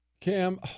Cam